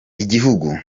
igihugu